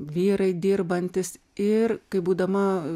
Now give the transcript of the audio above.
vyrai dirbantys ir kai būdama